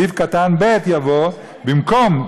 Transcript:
בסעיף קטן (ג), במקום: